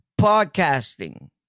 Podcasting